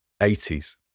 80s